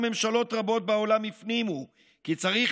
שבה ממשלות רבות בעולם הפנימו כי צריך